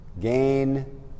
gain